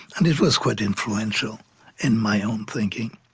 and it was quite influential in my own thinking.